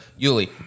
Yuli